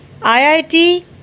IIT